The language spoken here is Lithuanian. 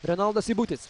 renaldas seibutis